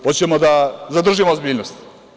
Hoćemo da zadržimo ozbiljnost?